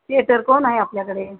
theatre कोण आहे आपल्याकडे